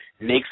makes